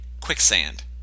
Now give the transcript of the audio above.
quicksand